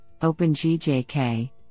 OpenGJK